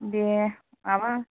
दे माबा